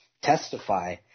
testify